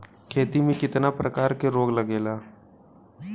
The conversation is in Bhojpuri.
खेती में कितना प्रकार के रोग लगेला?